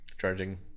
charging